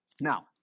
Now